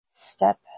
Step